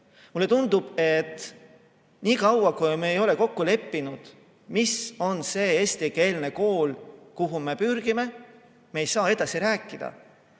Mulle tundub, et niikaua, kui me ei ole kokku leppinud, mis on see eestikeelne kool, kuhu me pürgime, me ei saa edasi rääkida.